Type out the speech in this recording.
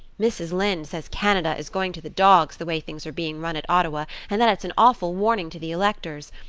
mrs. lynde says canada is going to the dogs the way things are being run at ottawa and that it's an awful warning to the electors.